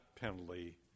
penalty